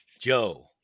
Joe